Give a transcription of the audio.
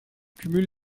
cumule